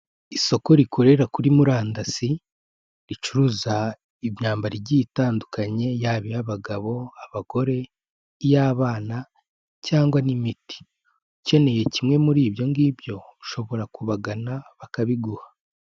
Isoko rikorera kuri murandasi ricuruza imyambaro igiye itandukanye, yaba iy'abagabo, abagore, iy'abana cyangwa n'imiti. Ukeneye kimwe muri ibyo ngibyo ushobora kubagana bakabiguha.